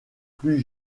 plus